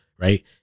right